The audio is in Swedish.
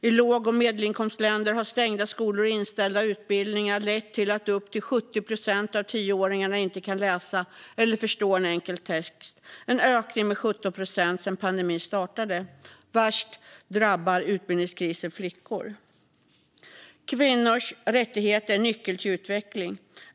I låg och medelinkomstländer har stängda skolor och inställda utbildningar lett till att upp till 70 procent av tioåringarna inte kan läsa eller förstå en enkel text. Det är en ökning med 17 procent sedan pandemin startade. Värst drabbar utbildningskrisen flickor. Kvinnors rättigheter är en nyckel till utveckling.